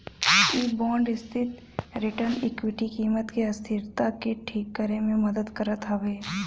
इ बांड स्थिर return equity कीमत के अस्थिरता के ठीक करे में मदद करत हवे